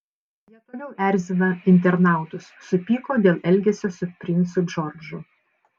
jie toliau erzina internautus supyko dėl elgesio su princu džordžu